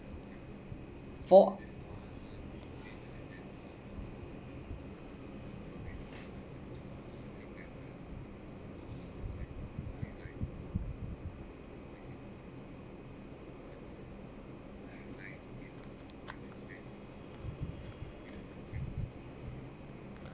for